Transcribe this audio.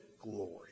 glory